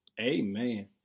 amen